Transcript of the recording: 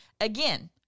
again